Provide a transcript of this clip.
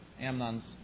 Amnon's